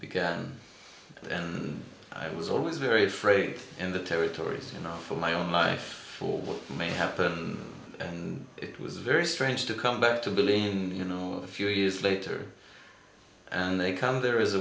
began and i was always very afraid in the territories you know from my own life may happen and it was very strange to come back to believe in a few years later and they come there is a